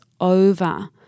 over